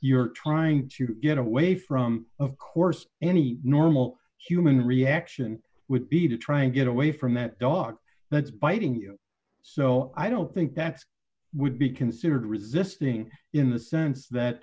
you're trying to get away from of course any normal human reaction would be to try and get away from that dog that's biting you so i don't think that's would be considered resisting in the sense that